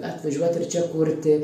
atvažiuot ir čia kurti